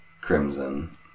Crimson